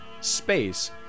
space